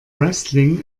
wrestling